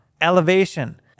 Elevation